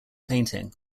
painting